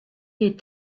est